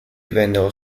vennero